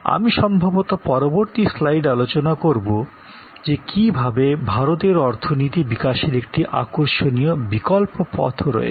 আমি সম্ভবত পরবর্তী স্লাইডে আলোচনা করব যে কীভাবে ভারতের অর্থনীতি বিকাশের একটি আকর্ষণীয় বিকল্প পথ রয়েছে